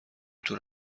طور